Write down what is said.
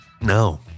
No